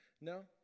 No